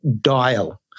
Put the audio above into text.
dial